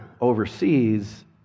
overseas